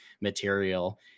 material